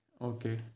Okay